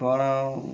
ତା'ର